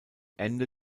ende